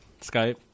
Skype